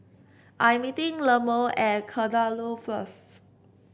I am meeting Lemma at Kadaloor first